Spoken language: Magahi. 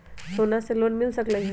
सोना से लोन मिल सकलई ह?